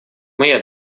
моя